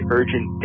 Urgent